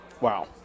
Wow